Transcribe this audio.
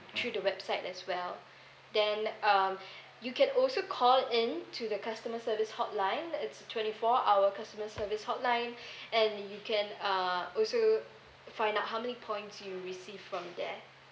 through the website as well then um you can also call in to the customer service hotline it's twenty four hour customer service hotline and you can uh also find out how many points you receive from there